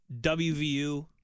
WVU